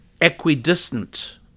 equidistant